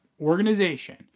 organization